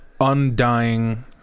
undying